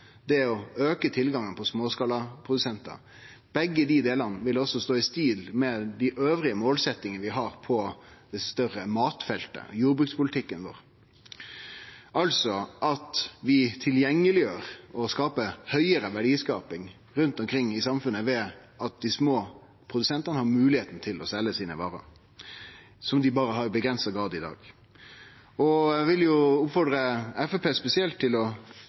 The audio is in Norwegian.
å auke tilgangen for småskalaprodusentar vil begge delar også stå i stil med dei andre målsetjingane vi har på det større matfeltet, jordbrukspolitikken vår, altså at vi tilgjengeleggjer og har høgare verdiskaping rundt omkring i samfunnet ved at dei små produsentane har moglegheit til å selje sine varer, som dei berre har i avgrensa grad i dag. Eg vil oppmode Framstegspartiet spesielt til å